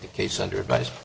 the case under advice